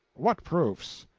what proofs?